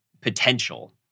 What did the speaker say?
potential